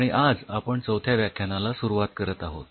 आणि आज आपण चौथ्या व्याख्यानाला सुरुवात करत आहोत